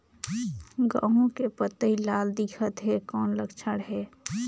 गहूं के पतई लाल दिखत हे कौन लक्षण हे?